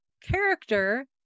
character